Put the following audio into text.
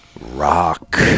Rock